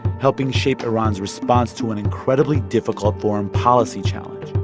helping shape iran's response to an incredibly difficult foreign policy challenge.